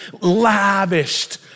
lavished